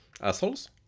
Assholes